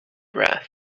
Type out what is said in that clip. wrath